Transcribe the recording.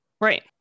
Right